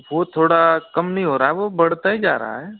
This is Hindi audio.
वो थोड़ा कम नहीं हो रहा है वो बढ़ता ही जा रहा है